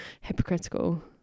hypocritical